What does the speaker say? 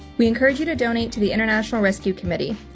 we encourage you to donate to the international rescue committee,